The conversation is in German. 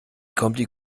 kommt